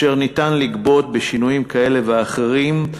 אשר ניתן לגבות, בשינויים כאלה ואחרים,